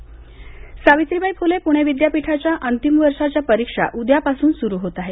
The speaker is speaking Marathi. परीक्षा सावित्रीबाई फुले पुणे विद्यापीठाच्या अंतिम वर्षाच्या परीक्षा उद्या पासून सुरू होत आहेत